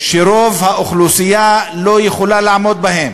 שרוב האוכלוסייה לא יכולה לעמוד בהם.